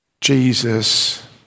Jesus